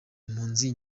impunzi